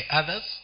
others